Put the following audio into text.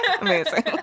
Amazing